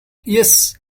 yes